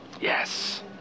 Yes